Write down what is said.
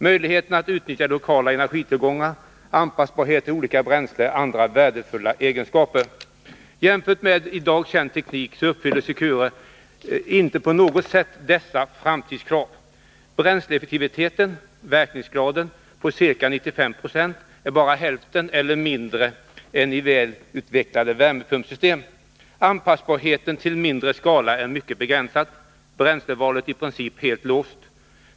Möjligheten att utnyttja lokala energitillgångar och anpassbarhet till olika bränslen är andra värdefulla egenskaper. Jämfört med i dag känd teknik uppfyller Secureanläggningen inte på något sätt dessa framtidskrav. Bränsleeffektiviteten/verkningsgraden på ca 95 9o är bara hälften, eller mindre, än i välutvecklade värmepumpssystem. Anpassbarheten till mindre skala är mycket begränsad och bränslevalet i princip helt låst.